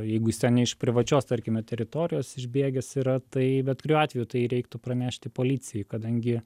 jeigu jis ten ne iš privačios tarkime teritorijos išbėgęs yra tai bet kuriuo atveju tai reiktų pranešti policijai kadangi